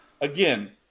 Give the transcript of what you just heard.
again